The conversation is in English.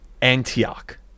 Antioch